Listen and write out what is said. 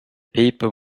people